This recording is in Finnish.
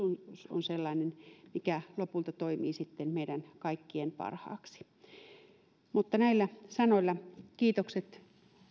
on sellainen mikä lopulta toimii meidän kaikkien parhaaksi näillä sanoilla kiitokset